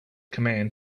command